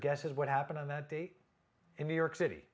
guesses what happened on that day in new york city